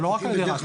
לא רק על ידי רשל"א,